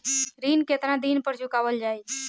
ऋण केतना दिन पर चुकवाल जाइ?